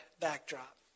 backdrop